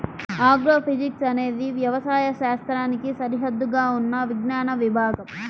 agrophysics అనేది వ్యవసాయ శాస్త్రానికి సరిహద్దుగా ఉన్న విజ్ఞాన విభాగం